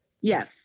Yes